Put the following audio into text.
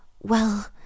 Well